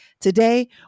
Today